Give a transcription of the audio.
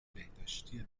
بهداشتی